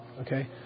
okay